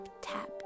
tap